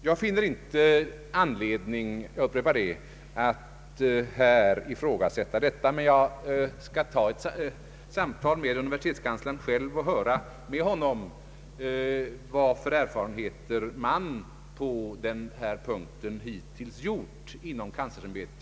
Jag finner inte anledning — jag upprepar det — att här ifrågasätta detta, men jag skall ta ett samtal med universitetskanslern själv och höra med honom vilka erfarenheter man på denna punkt hittills har gjort inom kanslersämbetet.